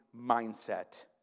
mindset